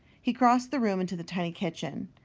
he crossed the room into the tiny kitchen.